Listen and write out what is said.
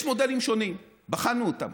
יש מודלים שונים, בחנו אותם.